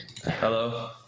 hello